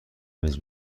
تمیز